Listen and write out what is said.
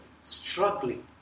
struggling